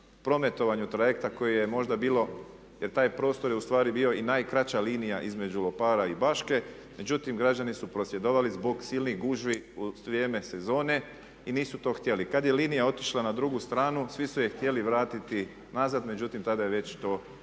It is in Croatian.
prometovanju trajekta koje je možda bilo jer taj prostor je ustvari bio i najkraća linija između Lopara i Baške. Međutim, građani su prosvjedovali zbog silnih gužvi u vrijeme sezone i nisu to htjeli. Kada je linija otišla na drugu stranu, svi su je htjeli vratiti nazad, međutim tada je već to